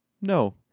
No